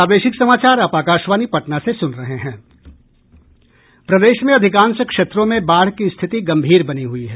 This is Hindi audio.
प्रदेश में अधिकांश क्षेत्रों में बाढ़ की स्थिति गंभीर बनी हुई है